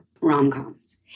rom-coms